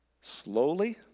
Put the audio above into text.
Slowly